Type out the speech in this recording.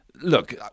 Look